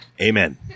Amen